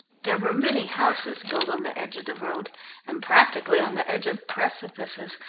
there were many houses built on the edge of the road and practically on the edge of precipices,